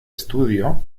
estudio